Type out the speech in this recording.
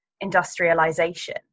industrialization